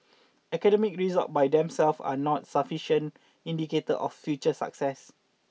academic result by themselves are not a sufficient indicator of future success